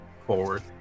forward